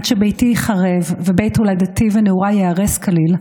עד שביתי ייחרב ובית הולדתי ונעוריי ייהרס כליל,